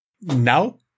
now